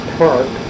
park